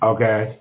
Okay